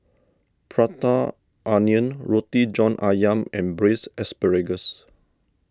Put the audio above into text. Prata Onion Roti John Ayam and Braised Asparagus